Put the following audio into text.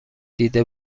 دیده